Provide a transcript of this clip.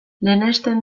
lehenesten